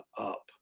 up